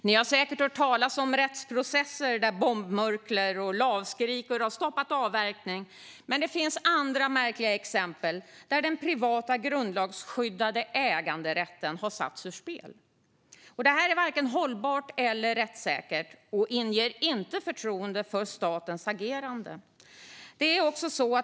Ni har säkert hört talas om rättsprocesser där bombmurklor och lavskrikor har stoppat avverkning, men det finns andra märkliga exempel där den grundlagsskyddade privata äganderätten har satts ur spel. Detta är varken hållbart eller rättssäkert, och det inger inte förtroende för statens agerande.